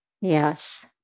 Yes